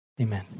amen